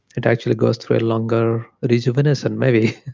it actually goes through a longer rejuvenation maybe.